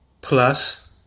plus